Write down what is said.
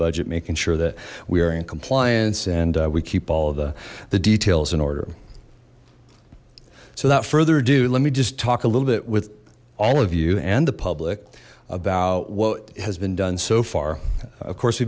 budget making sure that we are in compliance and we keep all of the the details in order so that further ado let me just talk a little bit with all of you and the public about what has been done so far of course